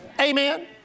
Amen